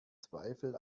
zweifel